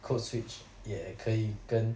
code switch 也可以跟